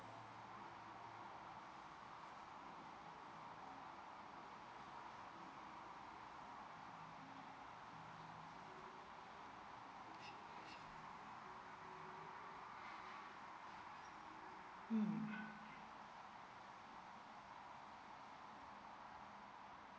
mm